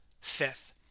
Fifth